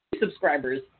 subscribers